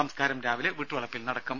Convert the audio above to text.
സംസ്കാരം ഇന്ന് രാവിലെ വീട്ടുവളപ്പിൽ നടക്കും